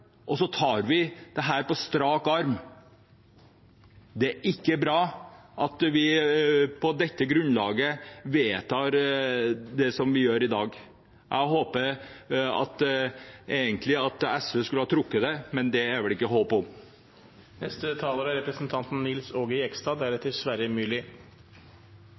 og så tar vi dette på strak arm. Det er ikke bra at vi vedtar det som vi gjør i dag, på dette grunnlaget. Jeg håpet egentlig at SV hadde trukket dette, men det er det vel ikke håp om. Jeg tenkte jeg skulle ta ordet siden jeg er